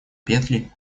петли